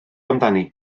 amdani